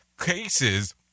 cases